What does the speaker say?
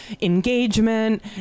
Engagement